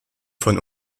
von